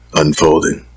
unfolding